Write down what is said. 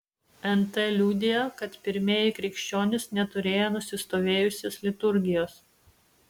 nt liudija kad pirmieji krikščionys neturėjo nusistovėjusios liturgijos